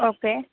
okay